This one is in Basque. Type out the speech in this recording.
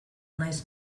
naiz